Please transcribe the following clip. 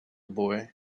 boy